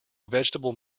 vegetable